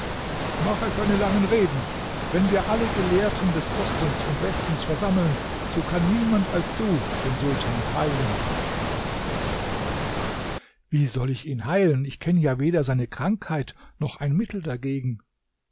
mache keine langen reden wenn wir alle gelehrten des ostens und westens versammeln so kann niemand als du den sultan heilen wie soll ich ihn heilen ich kenne ja weder seine krankheit noch ein mittel dagegen